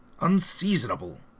Unseasonable